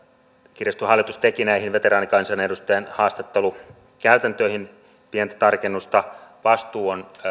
kirjaston hallitus teki näihin veteraanikansanedustajien haastattelukäytäntöihin pientä tarkennusta vastuu on